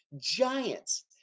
giants